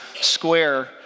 square